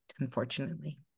unfortunately